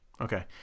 Okay